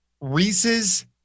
Reese's